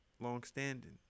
long-standing